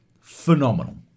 Phenomenal